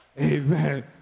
Amen